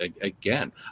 again